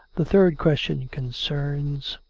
the third question concerns.